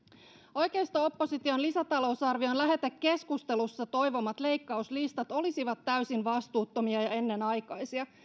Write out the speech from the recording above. oikeisto opposition lisätalousarvion lähetekeskustelussa toivomat leikkauslistat olisivat täysin vastuuttomia ja ennenaikaisia